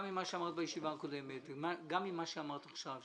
גם ממה שאמרת בישיבה הקודמת וגם ממה שאמרת עכשיו,